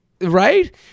Right